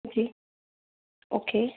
जी okay